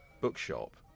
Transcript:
bookshop